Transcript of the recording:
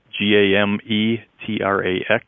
G-A-M-E-T-R-A-X